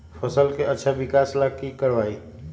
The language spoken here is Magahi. फसल के अच्छा विकास ला की करवाई?